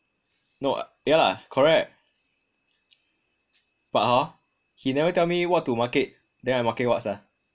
no yah lah correct but hor he never tell me what to market then I market what sia